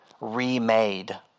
remade